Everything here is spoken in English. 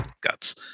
guts